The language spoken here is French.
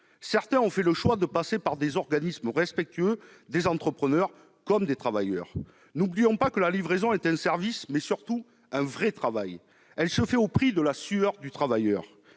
Certains ont fait le choix de passer par des organismes respectueux des entrepreneurs comme des travailleurs. N'oublions pas que la livraison est un service, mais surtout un vrai travail. Elle se fait au prix de la sueur du travailleur.